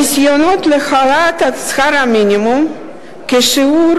הניסיונות להעלאת שכר המינימום כשיעור